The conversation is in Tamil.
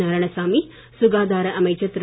நாராயணசாமி சுகாதார அமைச்சர் திரு